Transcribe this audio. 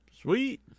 Sweet